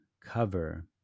cover